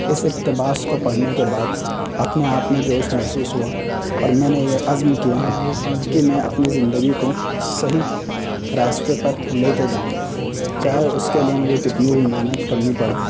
اس اقتباس کو پڑھنے کے بعد اپنے آپ میں جوش محسوس ہوا اور میں نے یہ عزم کیا کہ میں اپنی زندگی کو صحیح راستے پر لے کے جاؤں گا چاہے اس کے لیے مجھے کتنی بھی محنت کرنی پڑے